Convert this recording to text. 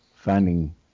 Finding